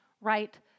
right